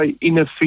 inefficient